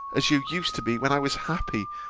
as you used to be when i was happy,